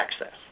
access